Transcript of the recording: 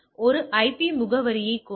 எனவே பயன்பாட்டில் ஐபி முகவரி இருந்தால்